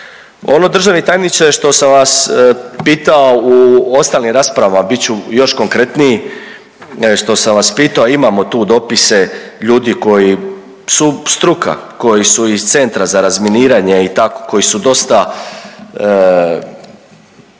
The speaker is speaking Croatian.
Ono državni tajniče što sam vas pitao u ostalim raspravama bit ću još konkretniji što sam vas pitao, a imamo tu dopise ljudi koji su struka, koji su iz Centra za razminiranje i tako, koji su dosta